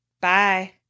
Bye